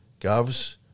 Govs